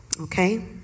Okay